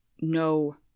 no